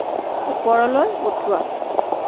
ওপৰলৈ উঠোৱা